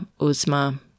Uzma